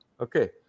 Okay